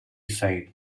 side